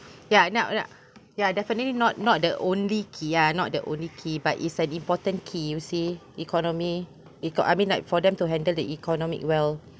ya now now ya definitely not not the only key uh not the only key but it's an important key you say economy it got I mean like for them to handle the economic well